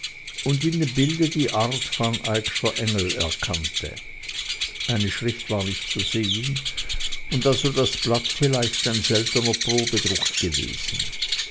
und in dem bilde die art van eyckscher engel erkannte eine schrift war nicht zu sehen und also das blatt vielleicht ein seltener probedruck gewesen